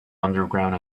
underground